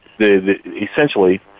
essentially